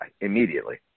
immediately